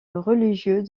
religieux